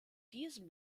diesem